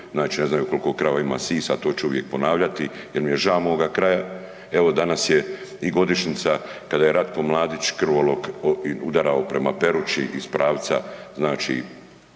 koji ne znaju koliko krava ima sisa, to ću uvijek ponavljati jer mi je žao moga kraja. Evo danas je i godišnjica kada je Ratko Mladić krvolok udarao prema Perući iz pravca